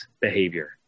behavior